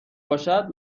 باشد